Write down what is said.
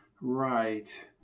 Right